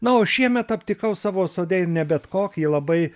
na o šiemet aptikau savo sode ir ne bet kokį labai